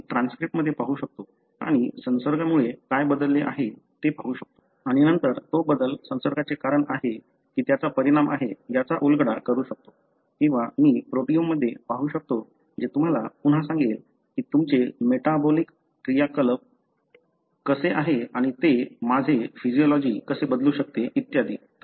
मी transcript मध्ये पाहू शकतो आणि संसर्गामुळे काय बदलले आहे ते पाहू शकतो आणि नंतर तो बदल संसर्गाचे कारण आहे की त्याचा परिणाम आहे याचा उलगडा करू शकतो किंवा मी प्रोटीओममध्ये पाहू शकतो जे तुम्हाला पुन्हा सांगेल की तुमचे मेटाबोलिसक क्रियाकलाप कसे आहे आणि ते माझे फिजियोलॉजि कसे बदलू शकते इत्यादी